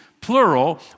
plural